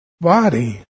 body